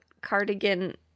Cardigan